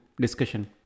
discussion